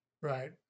right